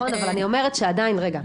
נכון אבל אני אומרת שעדיין רגע,